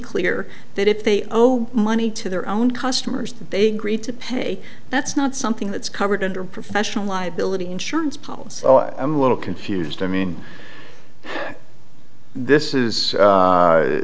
clear that if they owe money to their own customers that they greet to pay that's not something that's covered under professional liability insurance policy so i'm a little confused i mean this is